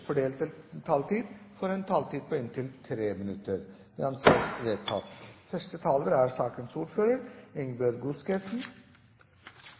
fordelte taletid, får en taletid på inntil 3 minutter. – Det anses vedtatt. Første taler er sakens ordfører,